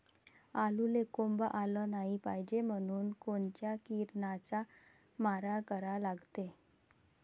आलूले कोंब आलं नाई पायजे म्हनून कोनच्या किरनाचा मारा करा लागते?